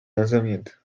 lanzamiento